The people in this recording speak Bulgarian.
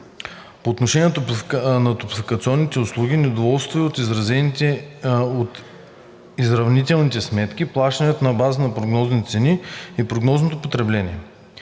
По отношение на топлофикационните услуги недоволството е от изравнителните сметки, плащането на база на прогнозни цени и прогнозно потребление.